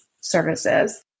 services